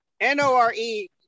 N-O-R-E